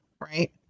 Right